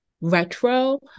retro